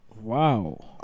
Wow